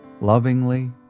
lovingly